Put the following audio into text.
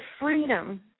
freedom